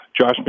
Josh